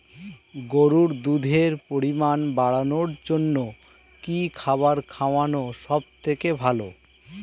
গরুর দুধের পরিমাণ বাড়ানোর জন্য কি খাবার খাওয়ানো সবথেকে ভালো?